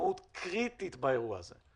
משמעות קריטית באירוע הזה.